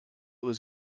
was